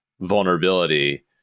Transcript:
vulnerability